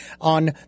on